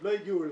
לא הגיעו אליי.